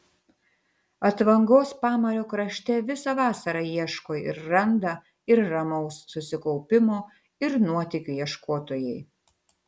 atvangos pamario krašte visą vasarą ieško ir randa ir ramaus susikaupimo ir nuotykių ieškotojai